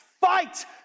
Fight